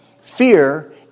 fear